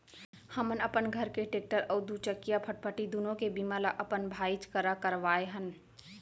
हमन हमर घर के टेक्टर अउ दूचकिया फटफटी दुनों के बीमा ल अपन भाईच करा करवाए हन